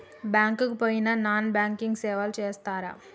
Bank కి పోయిన non banking సేవలు చేస్తరా?